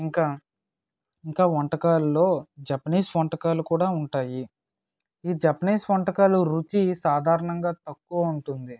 ఇంకా ఇంకా వంటకాలలో జపనీస్ వంటకాలు కూడా ఉంటాయి ఈ జపనీస్ వంటకాలు రుచి సాధారణంగా తక్కువ ఉంటుంది